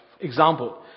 Example